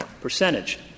percentage